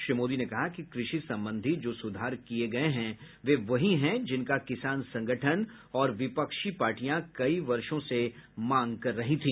श्री मोदी ने कहा कि कृषि संबंधी जो सुधार किए गए हैं वे वहीं हैं जिनका किसान संगठन और विपक्षी पार्टियां कई वर्षो से मांग कर रही थी